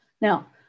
now